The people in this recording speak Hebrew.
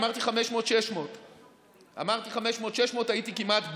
אמרתי 600-500. אמרתי 600-500. הייתי כמעט בול.